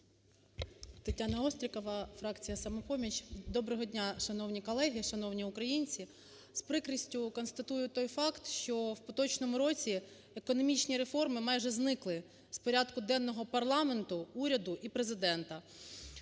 Тетяна Острікова, фракція "Самопоміч". Доброго дня, шановні колеги, шановні українці. З прикрістю констатую той факт, що в поточному році економічні реформи майже зникли з порядку денного парламенту, уряду і Президента.